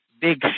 big